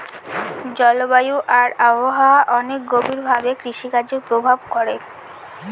জলবায়ু আর আবহাওয়া অনেক গভীর ভাবে কৃষিকাজে প্রভাব করে